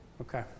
Okay